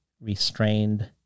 restrained